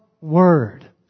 word